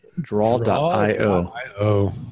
draw.io